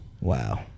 Wow